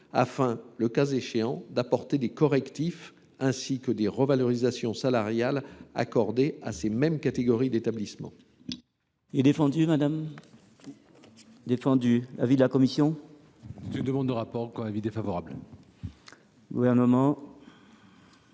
afin, le cas échéant, d’apporter des correctifs, et, d’autre part, des revalorisations salariales accordées à ces mêmes catégories d’établissements.